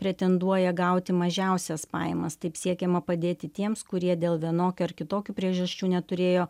pretenduoja gauti mažiausias pajamas taip siekiama padėti tiems kurie dėl vienokių ar kitokių priežasčių neturėjo